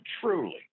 truly